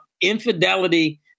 infidelity